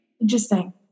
Interesting